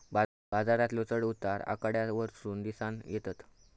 बाजारातलो चढ उतार आकड्यांवरसून दिसानं येतत